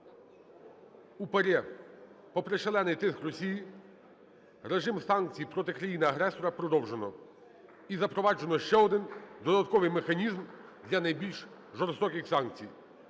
у ПАРЄ, попри шалений тиск Росії, р ежим санкцій проти країни-агресора продовжено і запроваджено ще один додатковий механізм для найбільш жорстоких санкцій.